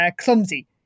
clumsy